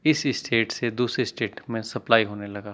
اس state سے دوسرے state میں سپلائی ہونے لگا